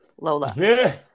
Lola